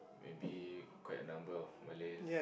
maybe quite a number of Malays